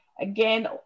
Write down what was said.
Again